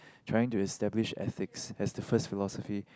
trying to establish ethics as the first philosophy